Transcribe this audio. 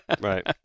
Right